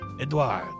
Edward